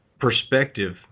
perspective